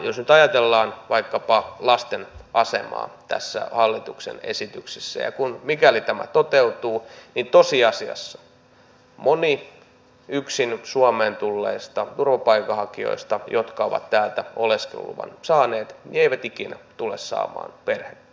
jos nyt ajatellaan vaikkapa lasten asemaa tässä hallituksen esityksessä ja mikäli tämä toteutuu niin tosiasiassa moni yksin suomeen tulleista turvapaikanhakijoista jotka ovat täältä oleskeluluvan saaneet ei ikinä tule saamaan perhettään suomeen